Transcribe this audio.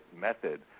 Method